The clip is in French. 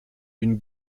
une